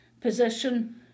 position